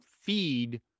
feed